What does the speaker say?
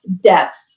depth